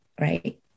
Right